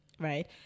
right